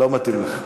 לא מתאים לך.